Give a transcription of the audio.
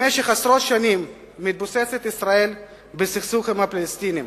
במשך עשרות שנים מתבוססת ישראל בסכסוך עם הפלסטינים